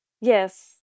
Yes